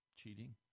Cheating